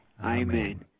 Amen